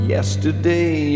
Yesterday